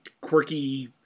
quirky